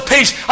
Peace